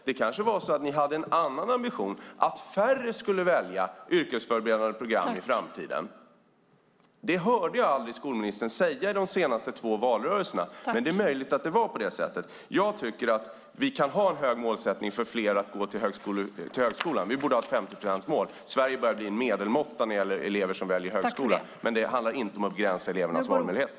Ni kanske hade en annan ambition, att färre skulle välja yrkesförberedande program i framtiden. Det hörde jag aldrig skolministern säga i de två senaste valrörelserna, men det är möjligt att det var på det sättet. Jag tycker att vi kan ha en hög målsättning för fler att gå till högskolan - vi borde ha ett 50-procentsmål. Sverige börjar bli en medelmåtta när det gäller elever som väljer högskolan. Men det handlar inte om att begränsa elevernas valmöjligheter.